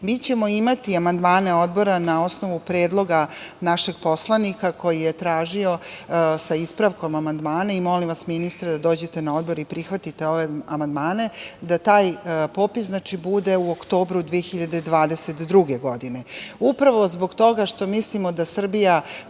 mi ćemo imati amandmane Odbora na osnovu predloga našeg poslanika koji je tražio, sa ispravkom amandmane, i molim vas, ministre, da dođete na Odbor i prihvatite ove amandmane, da taj popis bude u oktobru 2022. godine upravo zbog toga što mislimo da Srbija